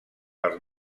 per